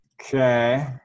Okay